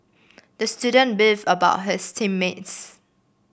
the student beefed about his team mates